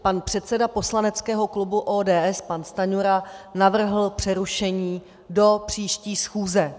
Pan předseda poslaneckého klubu ODS, pan Stanjura, navrhl přerušení do příští schůze.